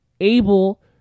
able